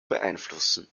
beeinflussen